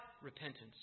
Repentance